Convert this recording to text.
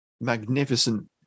magnificent